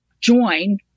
join